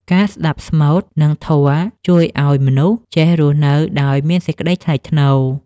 ការស្ដាប់ស្មូត និងធម៌ជួយឱ្យមនុស្សចេះរស់នៅដោយមានសេចក្ដីថ្លៃថ្នូរ។